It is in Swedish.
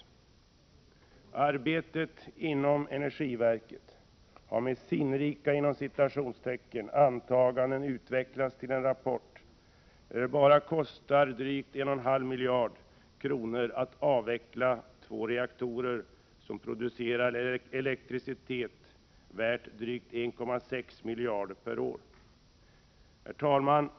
Arbetet inom energiverket har med ”sinnrika” antaganden utvecklats till en rapport, där det bara kostar drygt 1,5 miljarder kronor att avveckla två reaktorer som producerar el värt drygt 1,6 miljarder kronor per år. Herr talman!